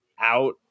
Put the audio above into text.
out